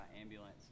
ambulance